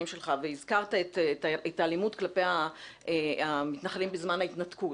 שלך והזכרת את האלימות כלפי המתנחלים בזמן ההתנתקות.